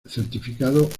certificado